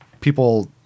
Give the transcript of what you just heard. people